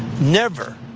never